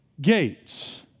gates